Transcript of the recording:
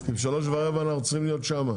כי אנחנו ב- 15:15 צריכים להיות שמה.